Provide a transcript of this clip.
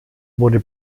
wurde